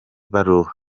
baruwa